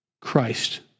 Christ